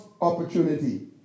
opportunity